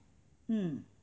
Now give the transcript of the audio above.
hmm